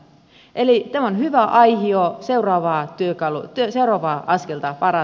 eli tämä on hyvä aihio seuraavaa askelta varten